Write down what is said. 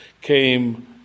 came